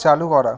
চালু করা